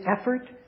effort